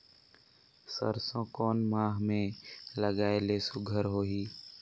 सरसो कोन माह मे लगाय ले सुघ्घर होही?